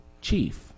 chief